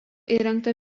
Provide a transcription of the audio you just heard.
įrengta